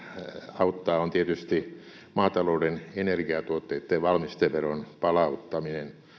auttaa on tietysti maatalouden energiatuotteitten valmisteveron palauttaminen